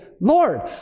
Lord